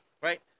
right